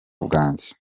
bwanjye